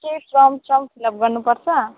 केही फर्म सर्म fill up गर्नु पर्छ